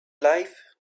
life